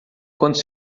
quando